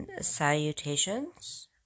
salutations